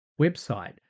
website